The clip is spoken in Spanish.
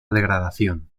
degradación